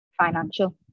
financial